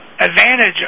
advantage